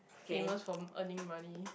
famous for earning money